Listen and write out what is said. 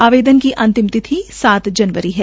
आवेदन की अंतिम तिथि सात जनवरी है